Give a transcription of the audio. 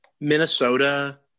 Minnesota